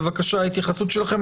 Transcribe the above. בבקשה התייחסות שלכן.